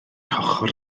hochr